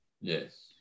Yes